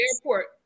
airport